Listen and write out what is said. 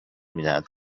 میدهند